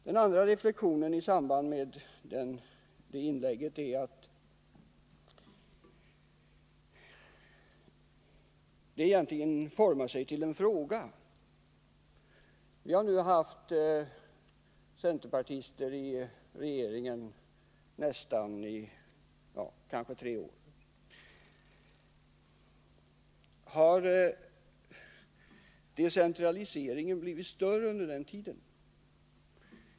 Min andra reflexion i samband med socialministerns inlägg formar sig till ett par frågor. Det har nu funnits centerpartister i regeringen i nästan tre år. Har decentraliseringen blivit större under tiden?